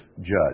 judge